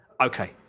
Okay